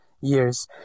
years